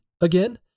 again